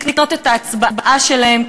לקנות את ההצבעה שלהם,